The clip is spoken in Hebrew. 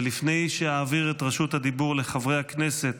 ולפני שאעביר את רשות הדיבור לחברת הכנסת